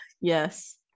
yes